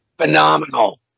phenomenal